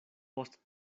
post